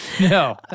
No